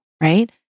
right